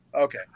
Okay